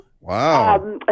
Wow